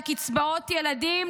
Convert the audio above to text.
קצבאות ילדים,